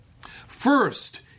First